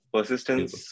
Persistence